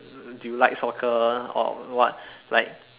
like do you like soccer or what